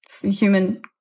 human